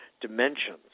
dimensions